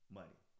money